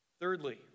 Thirdly